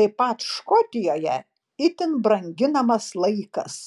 taip pat škotijoje itin branginamas laikas